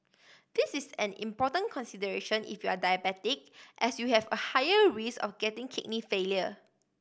this is an important consideration if you are diabetic as you have a higher risk of getting kidney failure